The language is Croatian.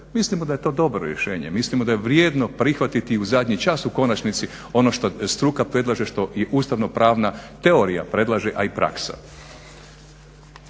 Mislimo da je to dobro rješenje, mislimo da je vrijedno prihvatiti i u zadnji čas, u konačnici ono što struka predlaže, što i ustavno-pravna teorija predlaže, a i praksa.